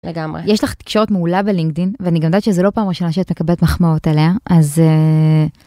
לגמרי. יש לך תקשורת מעולה בלינקדין ואני גם יודעת שזו לא פעם ראשונה שאת מקבלת מחמאות עליה אז.